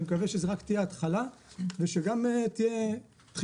אני מקווה שזו תהיה רק ההתחלה ושיהיו דחיפה